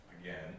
again